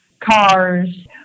cars